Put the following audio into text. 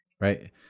right